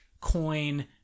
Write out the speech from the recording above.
coin